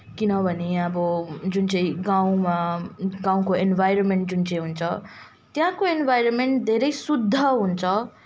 किनभने यहाँ अब जुन चाहिँ गाउँमा गाउँको इन्भारोमेन्ट चाहिँ जुन चाहिँ हुन्छ त्यहाँको इन्भारोमेन्ट धेरै शुद्ध हुन्छ